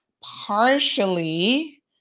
partially